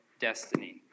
destiny